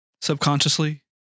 subconsciously